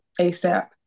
ASAP